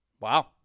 Wow